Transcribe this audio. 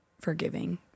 forgiving